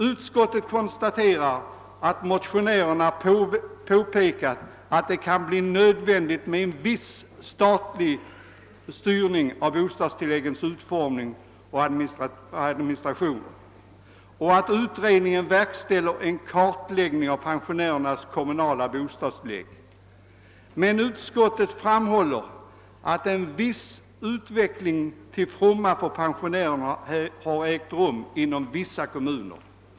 Utskottet konstaterar att motionärerna påpekar att det kan bli nödvändigt med en viss statlig styrning av bostadstilläggens utformning och administration och att utredningen verkställer en kartläggning av pensionärernas kommunala bostadstillägg. Men utskottet framhåller att en viss utveckling till fromma för pensionärerna har ägt rum inom vissa kommuner.